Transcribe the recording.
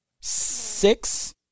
six